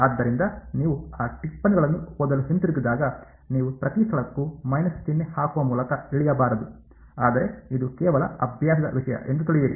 ಆದ್ದರಿಂದ ನೀವು ಆ ಟಿಪ್ಪಣಿಗಳನ್ನು ಓದಲು ಹಿಂತಿರುಗಿದಾಗ ನೀವು ಪ್ರತಿ ಸ್ಥಳಕ್ಕೂ ಮೈನಸ್ ಚಿಹ್ನೆ ಹಾಕುವ ಮೂಲಕ ಇಳಿಯಬಾರದು ಆದರೆ ಇದು ಕೇವಲ ಅಭ್ಯಾಸದ ವಿಷಯ ಎಂದು ತಿಳಿಯಿರಿ